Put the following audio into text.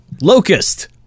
Locust